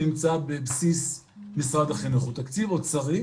אני רוצה לומר שאני שמח היום שגם נשמע בדיון את שחקן הכדורגל עידן ורד.